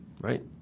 right